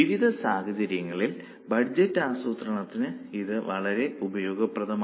വിവിധ സാഹചര്യങ്ങളിൽ ബഡ്ജറ്റ് ആസൂത്രണത്തിന് ഇത് വളരെ ഉപയോഗപ്രദമാണ്